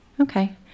Okay